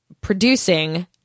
producing